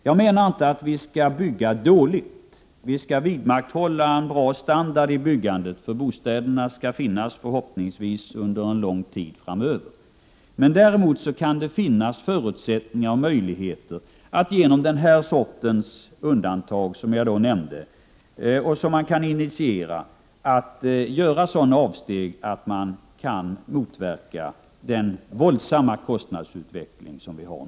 Jag menar inte att vi skall bygga dåligt — vi skall vidmakthålla en bra standard i byggandet, för de bostäder som produceras skall förhoppningsvis finnas kvar under lång tid framöver. Däremot kan det föreligga förutsättningar att genom den här sortens undantag, som alltså kan initieras, göra sådana avsteg att man kan motverka den våldsamma kostnadsutveckling som vi nu har.